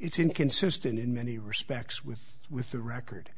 it's inconsistent in many respects with with the record